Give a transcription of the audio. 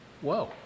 Whoa